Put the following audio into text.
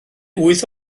wyth